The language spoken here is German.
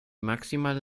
maximale